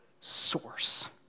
source